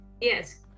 Yes